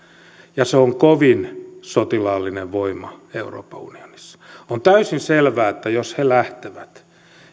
ja se on kovin sotilaallinen voima euroopan unionissa on täysin selvää että jos he lähtevät